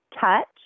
Touch